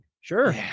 Sure